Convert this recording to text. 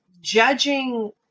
judging